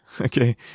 Okay